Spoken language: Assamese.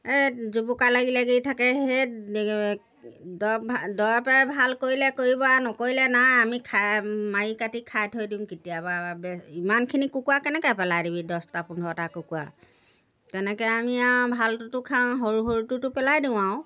এই জুপুকা লাগি লাগি থাকে সেই দৰৱ হা দৰৱে ভাল কৰিলে কৰিব আৰু নকৰিলে নাই আমি খাই মাৰি কাটি খাই থৈ দিওঁ কেতিয়াবা বে ইমানখিনি কুকুৰা কেনেকৈ পেলাই দিবি দচটা পোন্ধৰটা কুকুৰা তেনেকৈ আমি আৰু ভালটোতো খাওঁ সৰু সৰুটোতো পেলাই দিওঁ আৰু